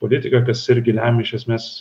politiką kas irgi lemia iš esmės